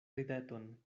rideton